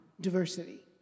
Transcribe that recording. diversity